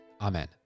Amen